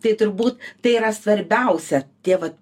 tai turbūt tai yra svarbiausia tie va